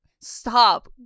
stop